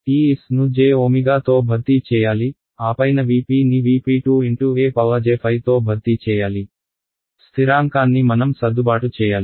ఈ s ను jω తో భర్తీ చేయాలి ఆపైన V p ని V p 2 x ej ϕ తో భర్తీ చేయాలి స్థిరాంకాన్ని మనం సర్దుబాటు చేయాలి